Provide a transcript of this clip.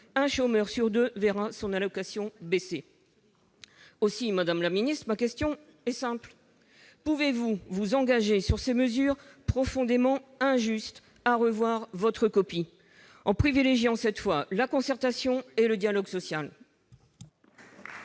un chômeur sur deux verra son allocation baisser ! Aussi, madame la ministre, ma question est simple : pouvez-vous vous engager, sur ces mesures profondément injustes, à revoir votre copie, en privilégiant cette fois la concertation et le dialogue social ?